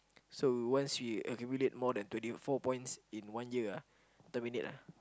so once we we accumulate more than twenty four points in one year ah terminate ah